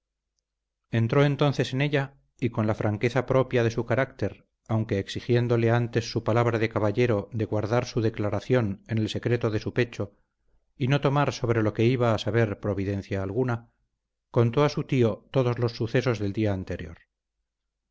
entró entonces en ella y con la franqueza propia de su carácter aunque exigiéndole antes su palabra de caballero de guardar su declaración en el secreto de su pecho y no tomar sobre lo que iba a saber providencia alguna contó a su tío todos los sucesos del día anterior